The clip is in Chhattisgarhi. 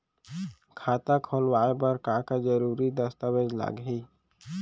खाता खोलवाय बर का का जरूरी दस्तावेज लागही?